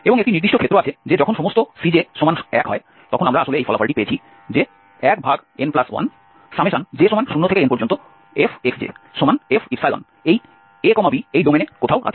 এবং একটি নির্দিষ্ট ক্ষেত্র আছে যে যখন সমস্ত Cj1 হয় তখন আমরা আসলে এই ফলাফলটি পেয়েছি যে 1n1j0nffξ এই ab ডোমেনে কোথাও আছে